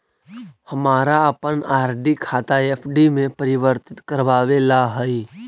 हमारा अपन आर.डी खाता एफ.डी में परिवर्तित करवावे ला हई